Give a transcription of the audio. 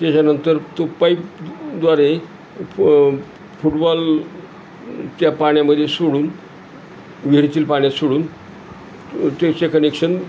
त्याच्यानंतर तो पाईपद्वारे फ फुटवाल त्या पाण्यामध्ये सोडून विहिरीतील पाण्यात सोडून त्याचे कनेक्शन